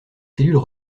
cellules